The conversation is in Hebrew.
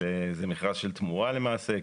זה מכרז של תמורה למעשה,